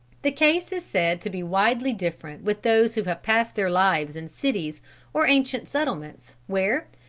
the case is said to be widely different with those who have passed their lives in cities or ancient settlements where,